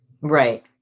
Right